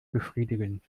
befriedigend